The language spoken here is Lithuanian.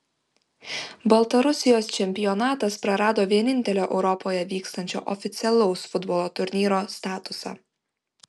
baltarusijos čempionatas prarado vienintelio europoje vykstančio oficialaus futbolo turnyro statusą